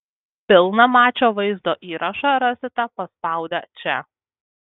pilną mačo vaizdo įrašą rasite paspaudę čia